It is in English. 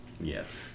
Yes